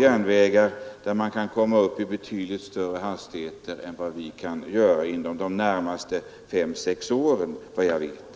järnvägar där man kan komma upp i betydligt högre hastigheter än vad vi kan göra inom de närmaste fem sex åren, såvitt jag vet.